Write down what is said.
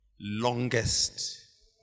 longest